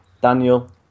Daniel